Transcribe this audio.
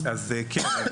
אז כן,